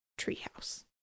treehouse